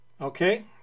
Okay